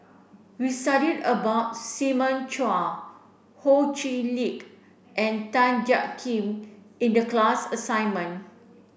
we studied about Simon Chua Ho Chee Lick and Tan Jiak Kim in the class assignment